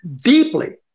deeply